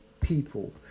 people